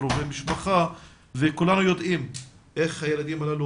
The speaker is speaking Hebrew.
קרובי משפחה וכולנו יודעים איך הילדים הללו